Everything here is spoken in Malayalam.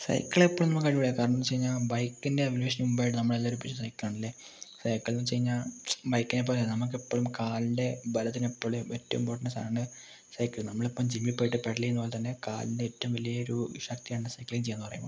സൈക്കിള് എപ്പളും പോകാൻ കഴിഞ്ഞൂട കാരണം എന്താന്ന് വച്ച് കഴിഞ്ഞാൽ ബൈക്കിനെ അപേക്ഷിച്ച് മുൻപായിട്ട് നമ്മളെല്ലാവരും ഉപയോഗിച്ചത് സൈക്കളാണല്ലേ സൈക്കിൾന്ന് വച്ച് കഴിഞ്ഞാൽ ബൈക്കിനെ പോലെ അല്ല നമുക്കെപ്പോളും കാലിൻ്റെ ബലത്തിനും എപ്പോളും ഏറ്റവും ഗുഡ് സാധനം സൈക്കിളാ നമ്മളിപ്പം ജിമ്മി പോയിട്ട് പെഡലിങ്ങ് പോലെ തന്നെ കാലിൻ്റെ ഏറ്റവും വലിയ ഒരു ശക്തിയാണ് സൈക്കിങ്ങ് ചെയ്യാന്ന് പറയുമ്പോൾ